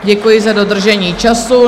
Děkuji za dodržení času.